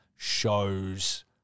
shows